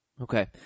Okay